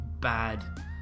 bad